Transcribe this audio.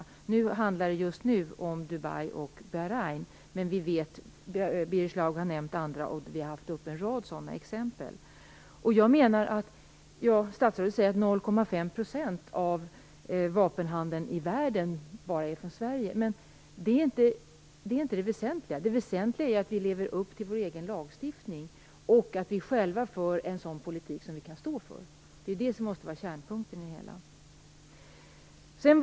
Just nu handlar det om Dubai och Bahrain, men Birger Schlaug har nämnt andra och en rad sådana exempel har tagits upp här. Statsrådet säger att bara 0,5 % av vapenhandeln i världen sker från Sverige. Men det är inte det väsentliga, utan det väsentliga är att vi lever upp till vår egen lagstiftning och att vi själva för en sådan politik som vi kan stå för. Det måste vara kärnpunkten i det hela.